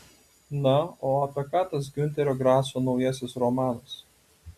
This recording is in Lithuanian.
na o apie ką tas giunterio graso naujasis romanas